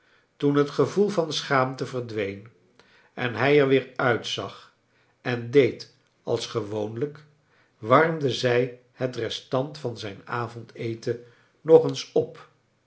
toen het gevoel van schaamte verdween en hij er weer uitzag en deed als gewoonlijk warmde zij het restant van zijn avondeten nog eens op